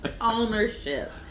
ownership